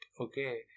okay